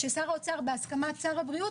ששר האוצר בהסכמת שר הבריאות,